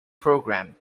program